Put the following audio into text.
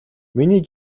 миний